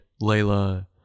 Layla